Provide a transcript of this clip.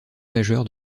majeur